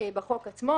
בחוק עצמו,